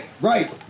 Right